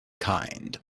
kind